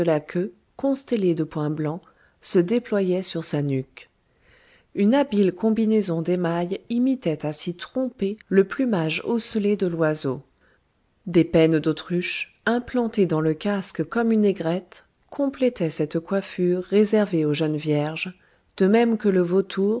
que la queue constellée de points blancs se déployait sur sa nuque une habile combinaison d'émail imitait à s'y tromper le plumage ocellé de l'oiseau des pennes d'autruche implantées dans le casque comme une aigrette complétaient cette coiffure réservée aux jeunes vierges de même que le vautour